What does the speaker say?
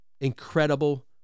incredible